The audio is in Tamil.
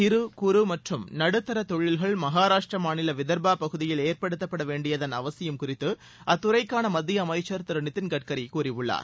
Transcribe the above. சிறு குறு மற்றும் நடுத்தர தொழில்கள் மகாராஷ்ட்ர மாநில விதர்பா பகுதியில் ஏற்படுத்தப்பட வேண்டியதன் அவசியம் குறித்து அத்துறைக்கான மத்திய அமைச்சர் திரு நிதின் கட்கரி கூறியுள்ளார்